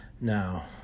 Now